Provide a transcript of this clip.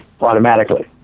automatically